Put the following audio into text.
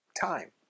Time